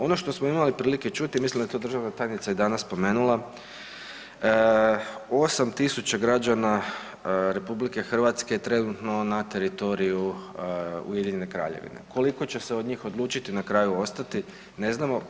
Ono što smo imali prilike čuti, mislim da je to državna tajnica i danas spomenula, 8.000 građana RH je trenutno na teritoriju Ujedinjene Kraljevine, koliko će se od njih odlučiti na kraju ostati ne znamo.